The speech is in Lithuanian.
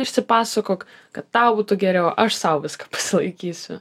išsipasakok kad tau būtų geriau aš sau viską pasilaikysiu